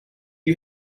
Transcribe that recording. you